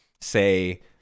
say